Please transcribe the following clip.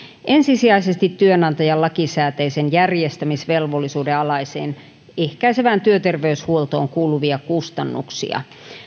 ensisijaisesti työnantajan lakisääteisen järjestämisvelvollisuuden alaiseen ehkäisevään työterveyshuoltoon kuuluvia kustannuksia